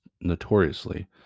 notoriously